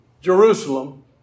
Jerusalem